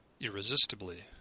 irresistibly